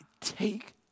take